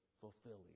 fulfilling